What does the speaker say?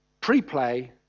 pre-play